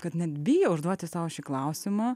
kad net bijo užduoti sau šį klausimą